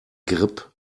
grip